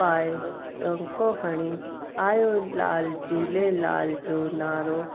पाए ॾोको हणी आयो लाल झूलेलाल जो नारो